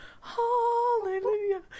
Hallelujah